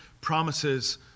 promises